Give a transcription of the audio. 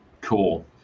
Cool